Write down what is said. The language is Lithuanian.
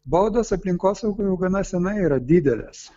baudos aplinkosaugai jau gana seniai yra didelės